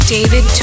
David